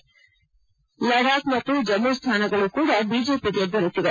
ಈ ಲಡಾಬ್ ಮತ್ತು ಜಮ್ಮು ಸ್ಥಾನಗಳು ಕೂಡ ಬಿಜೆಪಿಗೆ ದೊರೆತಿವೆ